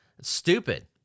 Stupid